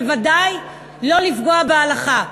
וודאי שלא לפגוע בהלכה.